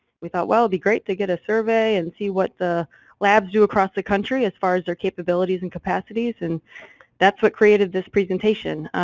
we thought, well, it'd be great to get a survey and see what the labs do across the country as far as their capabilities and capacities, and that's what created this presentation.